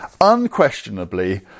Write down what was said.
Unquestionably